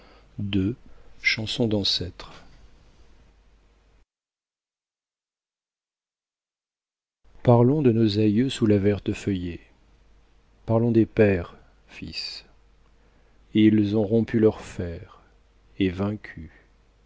parlons de nos aïeux sous la verte feuillée parlons de nos pères fils ils ont rompu leurs fers et vaincu